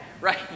Right